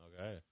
Okay